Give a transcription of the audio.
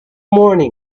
morning